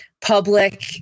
public